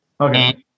okay